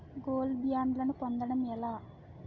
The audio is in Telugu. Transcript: గోల్డ్ బ్యాండ్లను పొందటం ఎలా?